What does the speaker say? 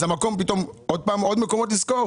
אז צריך עוד מקומות לשכור?